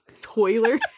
Toiler